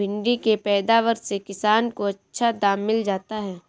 भिण्डी के पैदावार से किसान को अच्छा दाम मिल जाता है